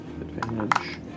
advantage